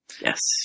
Yes